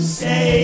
say